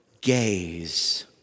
gaze